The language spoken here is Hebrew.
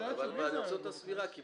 זה